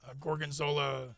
gorgonzola